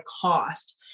cost